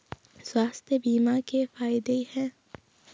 स्वास्थ्य बीमा के फायदे हैं?